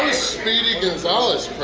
speedy gonzales